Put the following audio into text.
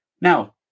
Now